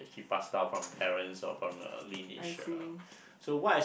pass down from parents or from uh lineage uh so what is